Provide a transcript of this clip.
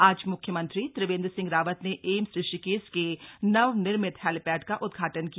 आज मुख्यमंत्री त्रिवेंद्र सिंह रावत ने एम्स ऋषिकेश के नवनिर्मित हेलीपैड का उद्घाटन किया